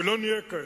ולא נהיה כאלה.